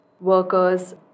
workers